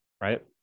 Right